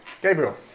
Gabriel